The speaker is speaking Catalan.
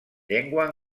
llengua